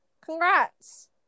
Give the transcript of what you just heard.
congrats